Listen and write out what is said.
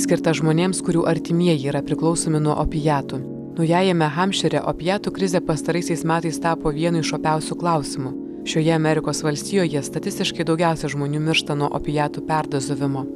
skirtą žmonėms kurių artimieji yra priklausomi nuo opiatų naujajame hampšyre opiatų krizė pastaraisiais metais tapo vienu iš opiausių klausimų šioje amerikos valstijoje statistiškai daugiausia žmonių miršta nuo opiatų perdozavimo